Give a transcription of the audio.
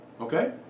Okay